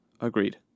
Agreed